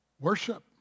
Worship